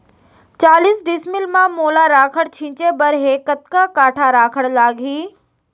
चालीस डिसमिल म मोला राखड़ छिंचे बर हे कतका काठा राखड़ लागही?